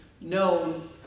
known